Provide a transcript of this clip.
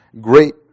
great